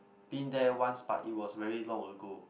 been there once but it was very long ago